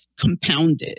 compounded